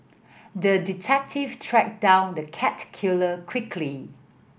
the detective tracked down the cat killer quickly